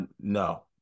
no